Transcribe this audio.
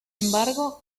embargo